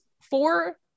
four